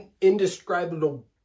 indescribable